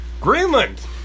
Greenland